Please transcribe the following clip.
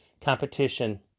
competition